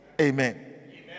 Amen